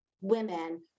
women